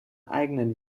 eigenen